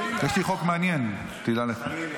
יש לי חוק מעניין, תדע לך.